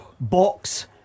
box